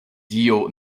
dio